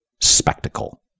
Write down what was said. spectacle